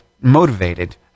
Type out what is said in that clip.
motivated